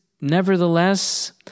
nevertheless